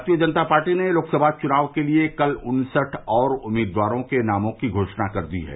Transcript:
भारतीय जनता पार्टी ने लोकसभा चुनाव के लिए कल उन्सठ और उम्मीदवारों के नामों की घोषणा कर दी है